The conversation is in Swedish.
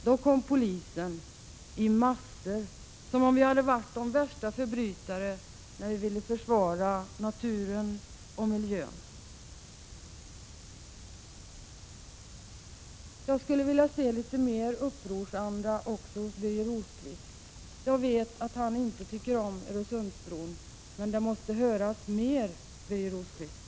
Då kom poliserna i massor, som om vi hade varit de värsta förbrytare, när vi ville försvara naturen och miljön. Jag skulle vilja se litet mer upprorsanda också hos Birger Rosqvist. Jag vet att han inte tycker om Öresundsbron, men detta måste höras bättre, Birger Rosqvist!